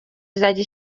izajya